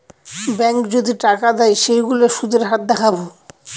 ব্যাঙ্কে যদি টাকা দেয় সেইগুলোর সুধের হার দেখাবো